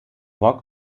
walk